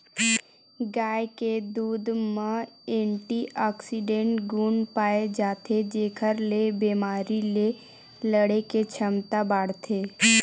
गाय के दूद म एंटीऑक्सीडेंट गुन पाए जाथे जेखर ले बेमारी ले लड़े के छमता बाड़थे